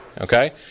Okay